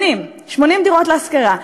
80, 80 דירות להשכרה.